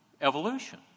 evolution